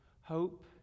hope